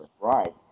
right